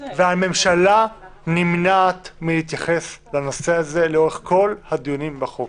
והממשלה נמנעת מלהתייחס לנושא הזה לאורך כל הדיונים בחוק.